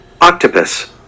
Octopus